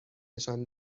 نشان